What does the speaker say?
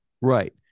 Right